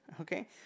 okay